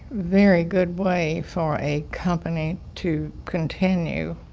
very good way for a company to continue